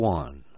one